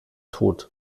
tot